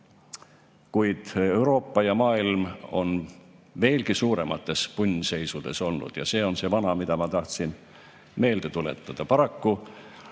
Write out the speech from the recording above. kuid Euroopa ja kogu maailm on veelgi suuremates punnseisudes olnud. See on see vana asi, mida ma tahtsin meelde tuletada. Paraku